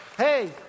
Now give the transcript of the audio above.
Hey